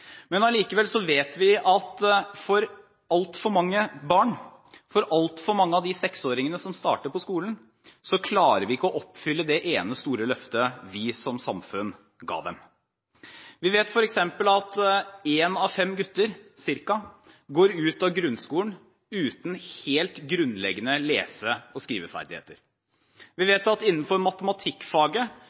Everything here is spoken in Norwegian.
Men allikevel vet vi at for altfor mange barn – for altfor mange av de seksåringene som starter på skolen – klarer vi ikke å oppfylle det ene store løftet vi som samfunn ga dem. Vi vet f.eks. at ca. én av fem gutter går ut av grunnskolen uten helt grunnleggende lese- og skriveferdigheter. Vi vet at det innenfor matematikkfaget